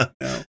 no